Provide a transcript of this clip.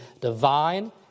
divine